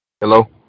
Hello